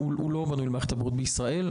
זה לא משהו שהוא נכון לישראל,